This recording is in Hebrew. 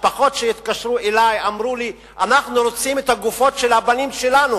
משפחות שהתקשרו אלי אמרו לי: אנחנו רוצים את הגופות של הבנים שלנו,